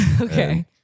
Okay